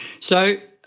so,